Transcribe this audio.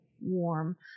warm